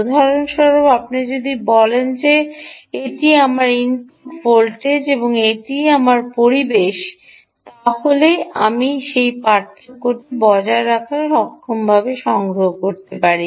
উদাহরণস্বরূপ আপনি যদি বলেন যে এটি আমার ইনপুট ভোল্টেজ এবং এটিই আমি পরিবেশ এবং আমি যে পার্থক্যটি বজায় রাখতে সক্ষম তা থেকে সংগ্রহ করতে পারি